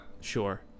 Sure